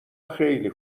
خیلی